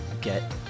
get